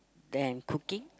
than cooking